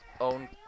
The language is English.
own